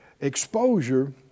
exposure